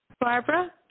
Barbara